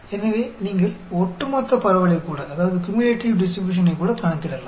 எனவே நீங்கள் ஒட்டுமொத்த பரவலைக்கூட கணக்கிடலாம்